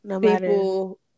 people